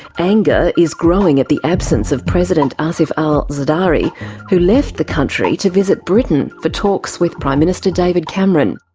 anger is growing at the absence of president asif ali zardari who left the country to visit britain for talks with prime minister david cameron.